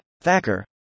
Thacker